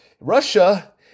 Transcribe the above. Russia